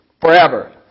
forever